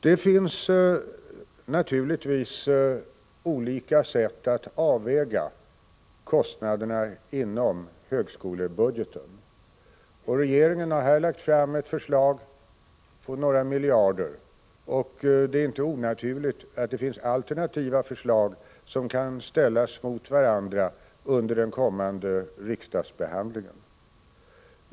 Det finns givetvis olika sätt att avväga kostnaderna inom högskolans budget. Regeringen har här lagt fram ett förslag på några miljarder, och det är naturligt att det finns alternativa förslag som kan ställas mot varandra i den kommande riksdagsbehandlingen.